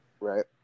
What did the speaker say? Right